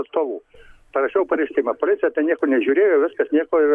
atstovų parašiau pareiškimą policija ten nieko nežiūrėjo viskas nieko ir